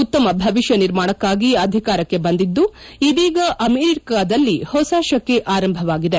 ಉತ್ತಮ ಭವಿಷ್ಯ ನಿರ್ಮಾಣಕ್ಕಾಗಿ ಅಧಿಕಾರಕ್ಕೆ ಬಂದಿದ್ದು ಇದೀಗ ಅಮೆರಿಕದಲ್ಲಿ ಹೊಸ ಶೆಕೆ ಆರಂಭವಾಗಿದೆ